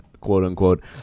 quote-unquote